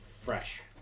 fresh